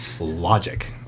logic